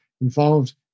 involved